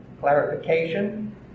clarification